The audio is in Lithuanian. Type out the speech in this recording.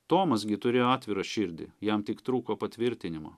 tomas gi turėjo atvirą širdį jam tik trūko patvirtinimo